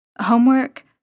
Homework